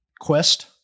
quest